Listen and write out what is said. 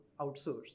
outsource